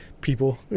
people